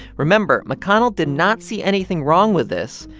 remember mcconnell did not see anything wrong with this,